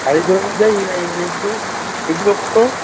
size অনুযায়ী না এই এগুলো এগুলো কতো